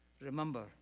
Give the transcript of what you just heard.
remember